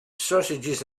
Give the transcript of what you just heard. sausages